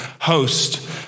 host